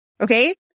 Okay